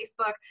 Facebook